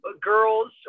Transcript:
girls